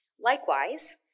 Likewise